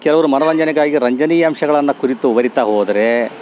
ಕೆಲವರು ಮನರಂಜನೆಗಾಗಿ ರಂಜನೀಯ ಅಂಶಗಳನ್ನು ಕುರಿತು ಬರೀತ ಹೋದರೆ